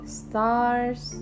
stars